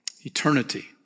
Eternity